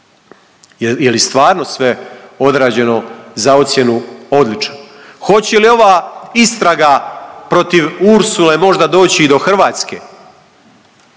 Je li stvarno sve odrađeno za ocjenu odličan? Hoće li ova istraga protiv Ursule možda doći i do Hrvatske?